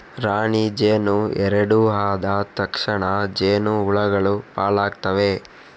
ರಾಣಿ ಜೇನು ಎರಡು ಆದ ತಕ್ಷಣ ಜೇನು ಹುಳಗಳು ಪಾಲಾಗ್ತವೆ